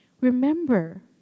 Remember